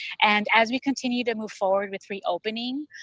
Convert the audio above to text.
and as we continue to move forward with reopening,